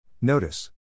Notice